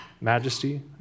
majesty